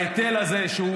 את ההיטל הזה,